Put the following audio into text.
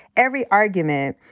every argument.